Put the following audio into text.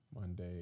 Monday